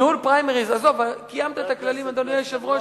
עזוב, קיימת את הכללים, אדוני היושב-ראש.